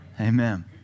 Amen